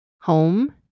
home